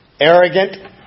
Arrogant